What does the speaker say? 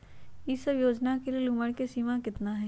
ई सब योजना के लेल उमर के सीमा केतना हई?